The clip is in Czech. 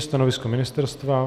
Stanovisko ministerstva?